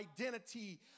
identity